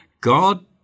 god